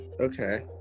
okay